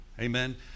Amen